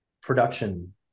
production